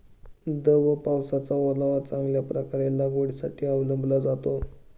दव व पावसाचा ओलावा चांगल्या प्रकारे लागवडीसाठी अवलंबला जातो